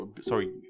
sorry